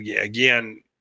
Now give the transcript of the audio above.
again